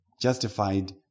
Justified